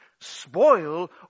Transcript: spoil